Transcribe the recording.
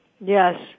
Yes